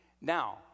Now